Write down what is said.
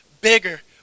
bigger